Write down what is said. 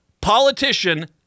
politician